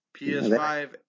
PS5